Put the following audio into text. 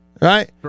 Right